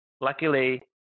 Luckily